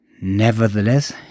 Nevertheless